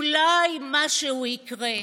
אולי משהו יקרה.